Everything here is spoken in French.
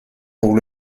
pour